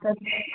सभु